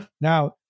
Now